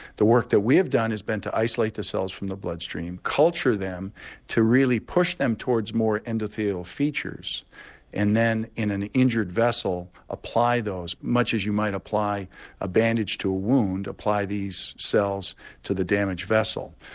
the work that we have done has been to isolate the cells from the bloodstream, culture them to really push them towards more endothelial features and then in an injured vessel, apply those, much as you might apply a bandage to a wound, apply these cells to the damaged vessel.